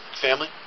family